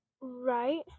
right